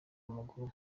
w’amaguru